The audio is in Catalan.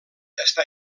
està